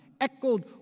echoed